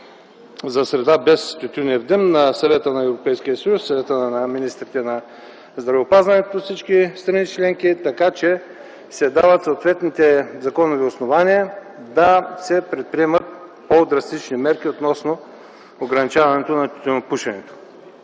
за среда без тютюнев дим на Съвета на Европейския съюз, Съвета на министрите на здравеопазването за всички страни членки, така че се дават съответните законови основания да се предприемат по-драстични мерки относно ограничаването на тютюнопушенето.